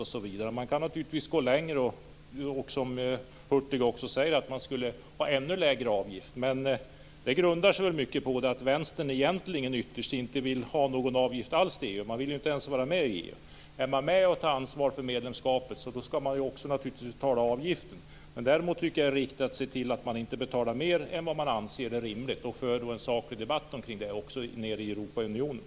Men kan naturligtvis gå längre. Bengt Hurtig säger ju också att man skulle ha ännu lägre avgifter. Men det grundar sig väl mycket på att Vänstern egentligen inte vill ha någon avgift alls till EU. Man vill ju inte ens vara med i EU. Är man med och tar ansvar för medlemskapet skall man naturligtvis också betala avgiften. Däremot tycker jag att det är riktigt att se till att man inte betalar mer än vad man anser är rimligt och för en saklig debatt kring det även nere i Europaunionen.